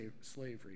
slavery